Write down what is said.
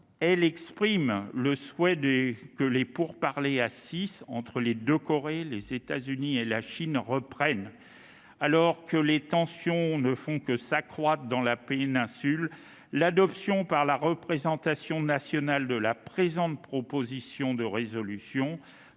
elle exprime le souhait que les pourparlers à six, entre les deux Corées, les États-Unis, la Chine, la Russie et le Japon, reprennent. Alors que les tensions ne font que s'accroître dans la péninsule coréenne, l'adoption par la représentation nationale de la présente proposition permettrait